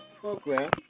program